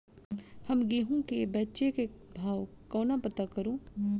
हम गेंहूँ केँ बेचै केँ भाव कोना पत्ता करू?